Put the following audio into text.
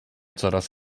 coraz